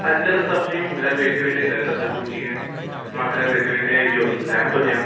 अॼुकल्ह सभु सयूं घरु वेठे वेठे करे था सघूं जीअं मां घर वेठे वेठे इहो एग्ज़ाम थो ॾियां